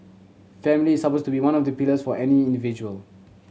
family is supposed to be one of the pillars for any individual